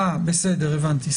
אה, בסדר, הבנתי.